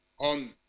on